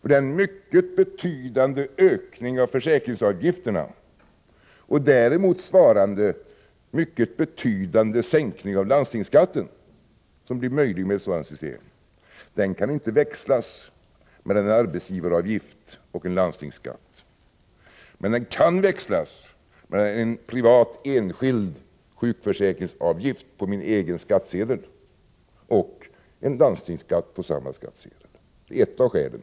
Den mycket betydande ökning av försäkringsavgifterna och däremot svarande mycket betydande sänkning av landstingsskatten som blir möjliga med ett sådant system kan inte växlas mellan en arbetsgivaravgift och en landstingsskatt, men den kan växlas mellan en sjukförsäkringsavgift på min egen skattsedel och en landstingsskatt på samma skattsedel. Det är ett av skälen.